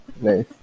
Nice